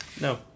no